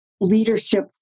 leadership